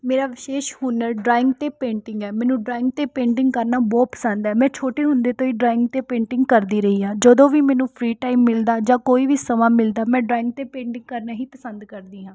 ਮੇਰਾ ਵਿਸ਼ੇਸ ਹੁਨਰ ਡਰਾਇੰਗ ਅਤੇ ਪੇਂਟਿੰਗ ਹੈ ਮੈਨੂੰ ਡਰਾਇੰਗ ਅਤੇ ਪੇਂਟਿੰਗ ਕਰਨਾ ਬਹੁਤ ਪਸੰਦ ਹੈ ਮੈਂ ਛੋਟੀ ਹੁੰਦੀ ਤੋਂ ਹੀ ਡਰਾਇੰਗ ਅਤੇ ਪੇਂਟਿੰਗ ਕਰਦੀ ਰਹੀ ਹਾਂ ਜਦੋਂ ਵੀ ਮੈਨੂੰ ਫਰੀ ਟਾਇਮ ਮਿਲਦਾ ਜਾਂ ਕੋਈ ਵੀ ਸਮਾਂ ਮਿਲਦਾ ਮੈਂ ਡਰਾਇੰਗ ਅਤੇ ਪੇਂਟਿੰਗ ਕਰਨਾ ਹੀ ਪਸੰਦ ਕਰਦੀ ਹਾਂ